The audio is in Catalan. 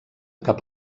cap